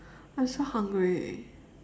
I'm so hungry